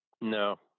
No